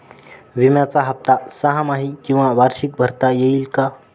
विम्याचा हफ्ता सहामाही किंवा वार्षिक भरता येईल का?